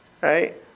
right